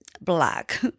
black